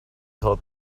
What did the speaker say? thought